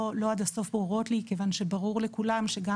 לא עד הסוף ברורות לי כיוון שברור לכולם שגם